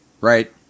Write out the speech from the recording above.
Right